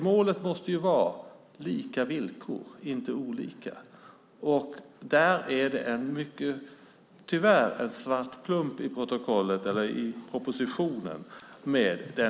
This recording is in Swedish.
Målet måste vara lika villkor, inte olika, och där är det tyvärr en svart plump i propositionen.